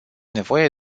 nevoie